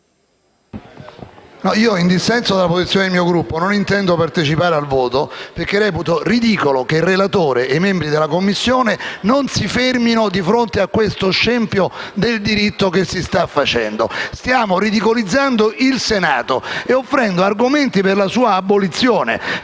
in dissenso dalla posizione del mio Gruppo e non intendo partecipare al voto perché reputo ridicolo che il relatore e i membri della Commissione non si fermino di fronte a questo scempio del diritto che si sta facendo. Stiamo ridicolizzando il Senato e offrendo argomenti per la sua abolizione,